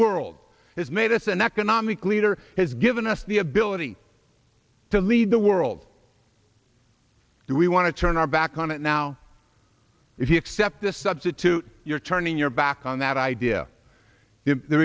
world has made us an economic leader has given us the ability to lead the world we want to turn our back on it now if you accept the substitute you're turning your back on that idea th